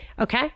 Okay